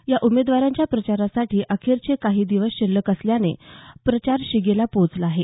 या उमेदवारांच्या प्रचारासाठी अखेरचे काही दिवस शिल्लक असल्यानं प्रचार शिगेला पोहोचला आहे